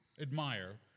admire